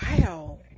Wow